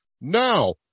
now